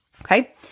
Okay